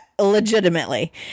legitimately